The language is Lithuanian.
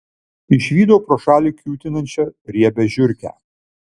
išvydau pro šalį kiūtinančią riebią žiurkę